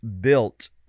built